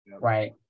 Right